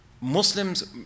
Muslims